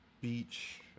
beach